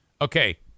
Okay